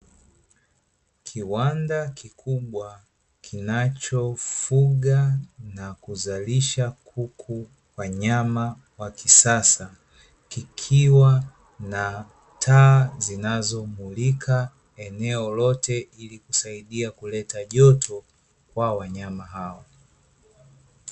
Kiwanda kikubwa kinachofuga na kuzalisha kuku wa nyama wa kisasa, kikiwa na taa zinazomulika eneo lote ili kusaidia kuleta joto kwa wanyama hao.